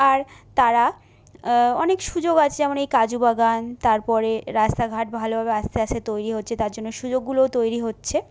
আর তারা অনেক সুযোগ আছে যেমন এই কাজু বাগান তারপরে রাস্তাঘাট ভালোভাবে আস্তে আস্তে তৈরি হচ্ছে তার জন্য সুযোগগুলোও তৈরি হচ্ছে